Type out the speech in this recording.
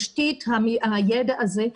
תשתית הידע הזה,